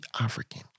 African